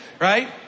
Right